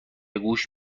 گوش